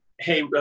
Hey